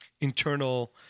internal